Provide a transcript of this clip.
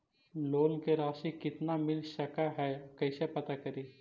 Loan के रासि कितना मिल सक है कैसे पता करी?